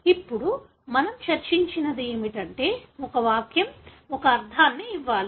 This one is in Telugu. ఇప్పుడు మనము చర్చించినది ఏమిటంటే ఒక వాక్యం ఒక అర్థాన్ని ఇవ్వాలి